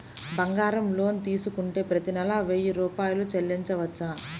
బంగారం లోన్ తీసుకుంటే ప్రతి నెల వెయ్యి రూపాయలు చెల్లించవచ్చా?